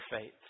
faith